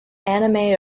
anime